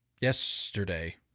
yesterday